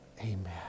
amen